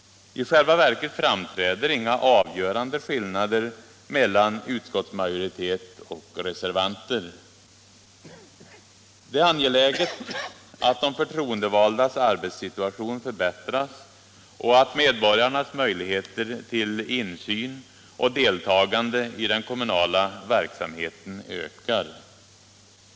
I själva verket framträder inga avgörande skillnader mellan utskottsmajoritet och reservanter. Det är angeläget att de förtroendevaldas arbetssituation förbättras och att medborgarnas möjligheter till insyn och deltagande i den kommunala verksamheten ökar.